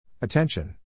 Attention